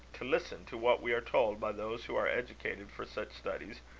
to listen to what we are told by those who are educated for such studies,